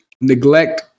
neglect